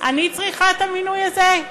אני צריכה את המינוי הזה?